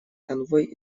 конвой